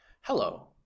Hello